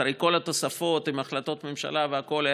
אחרי כל התוספות והחלטות הממשלה והכול,